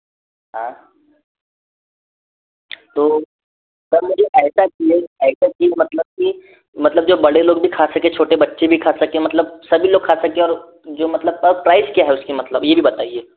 तो सर मुझे ऐसा चाहिए ऐसा चाहिए मतलब कि मतलब जो बड़े लोग भी खा सकें छोटे बच्चे भी खा सकें मतलब सभी लोग खा सकें और जो मतलब प प्राइस क्या है उसकी मतलब यह भी बताइए